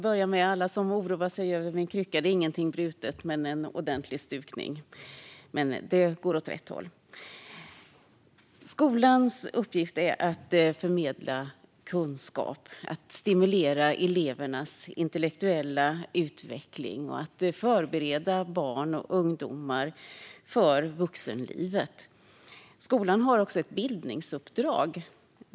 Fru talman! Skolans uppgift är att förmedla kunskap, att stimulera elevernas intellektuella utveckling och att förbereda barn och ungdomar för vuxenlivet. Skolan har också ett bildningsuppdrag.